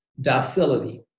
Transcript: docility